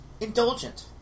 indulgent